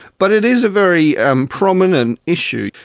but it is a very um prominent issue.